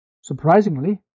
Surprisingly